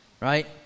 Right